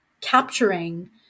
capturing